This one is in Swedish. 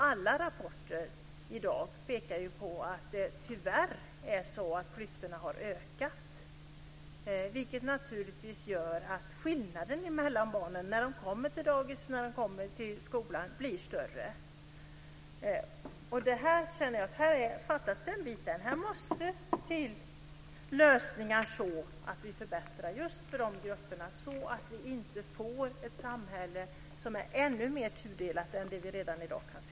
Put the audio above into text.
Alla rapporter i dag pekar på att klyftorna tyvärr har ökat, vilket naturligtvis gör att skillnaden mellan barnen när de kommer till dagis och skola blir större. Jag känner att det fattas en bit här. Det måste till lösningar så att vi förbättrar just för de grupperna, så att vi inte får ett samhälle som är ännu mer tudelat än det som vi redan i dag kan se.